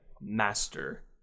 master